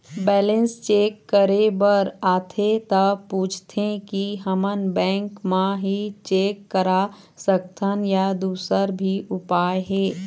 Balance check करे बर आथे ता पूछथें की हमन बैंक मा ही चेक करा सकथन या दुसर भी उपाय हे?